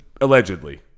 Allegedly